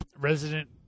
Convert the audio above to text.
Resident